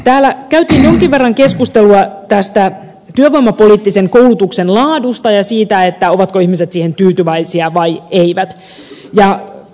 täällä käytiin jonkin verran keskustelua tästä työvoimapoliittisen koulutuksen laadusta ja siitä ovatko ihmiset siihen tyytyväisiä vai eivät